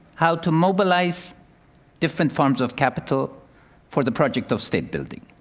how to mobilize different forms of capital for the project of state building.